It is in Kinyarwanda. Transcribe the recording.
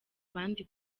abandi